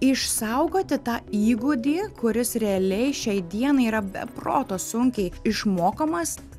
išsaugoti tą įgūdį kuris realiai šiai dienai yra be proto sunkiai išmokomas